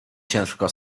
ciężko